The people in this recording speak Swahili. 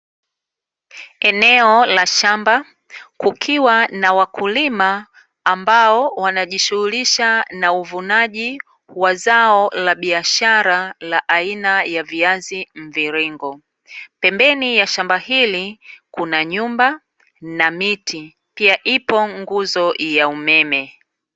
Eneo la shamba kukiwa na wakulima ambao wanajishughulisha na uvunaji wa zao la biashara la aina ya viazi mviringo. Pembeni ya shamba hili kuna nyumba na miti, pia ipo nguzo ya umeme.